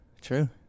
true